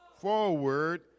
forward